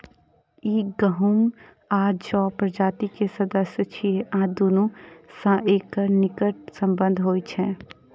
ई गहूम आ जौ प्रजाति के सदस्य छियै आ दुनू सं एकर निकट संबंध होइ छै